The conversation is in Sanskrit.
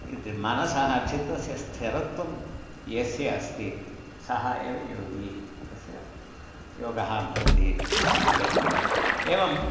इति मनसः चित्तस्य स्थिरत्वं यस्य अस्ति सः एव योगी अस्य योगः भवति इत्यस्ति एवम्